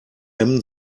hemden